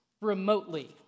remotely